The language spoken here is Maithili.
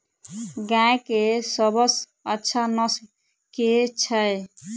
गाय केँ सबसँ अच्छा नस्ल केँ छैय?